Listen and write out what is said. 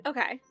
Okay